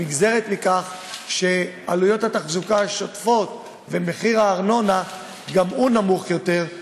הנגזרת היא שעלויות התחזוקה השוטפות ומחיר הארנונה גם הם נמוכים יותר,